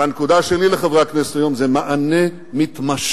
והנקודה שלי לחברי הכנסת היום היא מענה מתמשך,